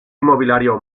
inmobiliario